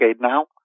now